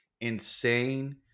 insane